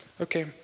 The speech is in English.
Okay